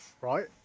right